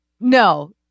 no